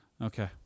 Okay